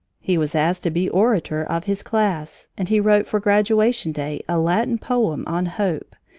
he was asked to be orator of his class, and he wrote for graduation day a latin poem on hope,